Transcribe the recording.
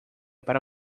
para